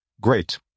Great